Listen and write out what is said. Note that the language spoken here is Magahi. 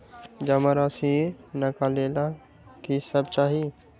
जमा राशि नकालेला कि सब चाहि?